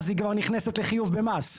היא כבר נכנסת לחיוב במס.